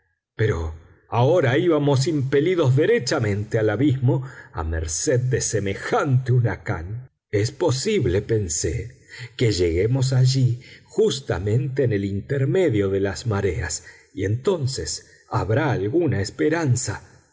pero ahora íbamos impelidos derechamente al abismo a merced de semejante huracán es posible pensé que lleguemos allí justamente en el intermedio de las mareas y entonces habrá alguna esperanza